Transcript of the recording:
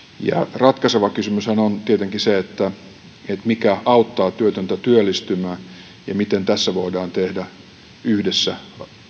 ratkaiseva kysymyshän on tietenkin se mikä auttaa työtöntä työllistymään ja miten tässä voidaan tehdä yhdessä